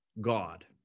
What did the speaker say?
God